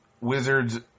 Wizards